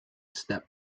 stop